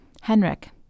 Henrik